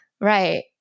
Right